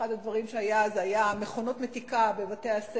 אחד הדברים שהיה זה מכונות דברי מתיקה בבתי-הספר,